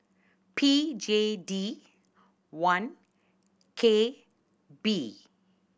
P J D one K B